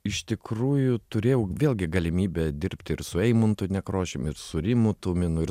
iš tikrųjų turėjau vėlgi galimybę dirbti ir su eimuntu nekrošium ir su rimu tuminu ir